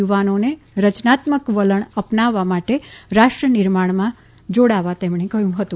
યુવાનોને રચનાત્મક વલણ આપનાવવા અને રાષ્ટ્રનિર્માણ જોડાવા તેમણે કહ્યું હતું